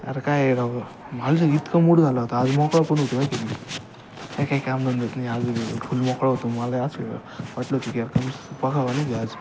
अरे काय आहे राव माझा इतका मूड झाला होता आज मोकळा पण होतो माहिती आहे मी अरे काही काही कामधंदाच नाही आज फुल मोकळा होतो मलाही असं वाटलं होतं की यार कंस बघावा नाही का आज